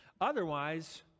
Otherwise